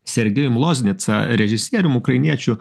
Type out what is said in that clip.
sergejum loznitsa režisierium ukrainiečių